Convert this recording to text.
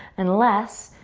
unless,